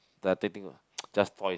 they are taping lah just toys